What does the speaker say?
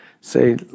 say